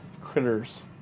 critters